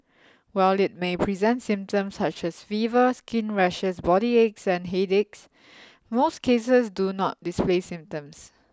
while it may present symptoms such as fever skin rashes body aches and headache most cases do not display symptoms